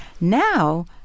Now